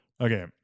okay